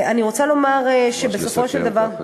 אני רוצה לומר שבסופו של דבר,